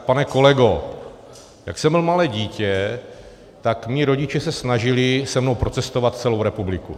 Pane kolego, jak jsem byl malé dítě, tak mí rodiče se snažili se mnou procestovat celou republiku.